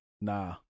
nah